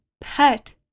pet